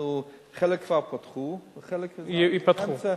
חלק כבר פתחו, וחלק, ייפתחו.